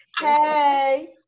Hey